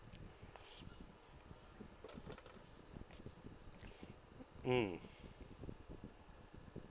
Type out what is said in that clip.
mm